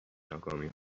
ناکامی